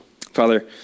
Father